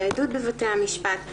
העדות בבתי המשפט,